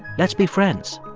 let's be friends